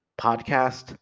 podcast